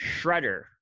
Shredder